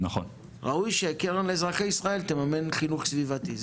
ראוי שהקרן לאזרחי ישראל תממן חינוך סביבתי.